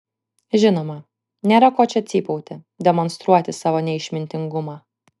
žinoma nėra ko čia cypauti demonstruoti savo neišmintingumą